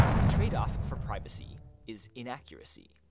the trade-off for privacy is inaccuracy.